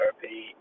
therapy